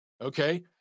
okay